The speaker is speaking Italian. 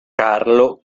carlo